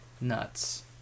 Nuts